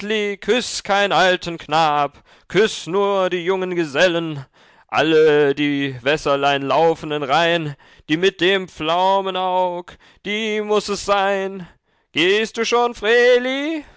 kein alten knab küß nur die jungen gesellen alle die wässerlein laufen in rhein die mit dem pflaumenaug die muß es sein gehst du schon vreeli